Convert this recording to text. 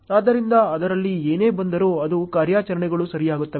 ಆದ್ದರಿಂದ ಅದರಲ್ಲಿ ಏನೇ ಬಂದರೂ ಅದು ಕಾರ್ಯಾಚರಣೆಗಳು ಸರಿಯಾಗುತ್ತವೆ